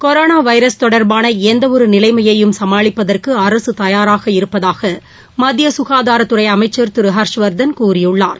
corona virus தொடர்பான எந்த ஒரு நிலைமையையும் சமாளிப்பதற்கு அரசு தயாராக இருப்பதாக மத்திய சுகாதாரத்துறை அமைச்சன் திரு ஹா்ஷவா்தன் கூறியுள்ளாா்